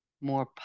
more